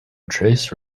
trace